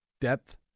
depth